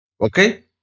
Okay